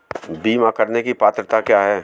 बीमा करने की पात्रता क्या है?